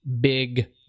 big